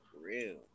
real